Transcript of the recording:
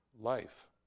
life